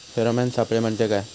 Pheromone सापळे म्हंजे काय?